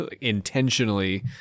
intentionally